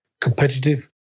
competitive